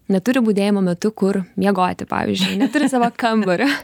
neturi budėjimo metu kur miegoti pavyzdžiui neturi savo kambario